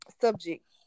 subject